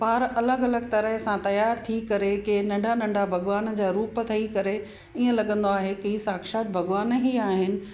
ॿार अलॻि अलॻि तरह सां तियारु थी करे के नंढा नंढा भॻवान जा रूप ठही करे ईअं लॻंदो आहे की साक्षात भॻवान ई आहिनि